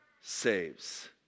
saves